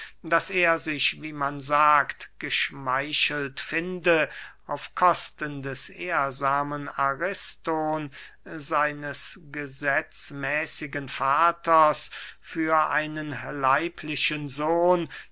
daß er sich wie man sagt geschmeichelt finde auf kosten des ehrsamen ariston seines gesetzmäßigen vaters für einen leiblichen sohn